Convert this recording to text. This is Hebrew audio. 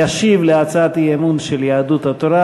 ישיב על הצעת האי-אמון של יהדות התורה,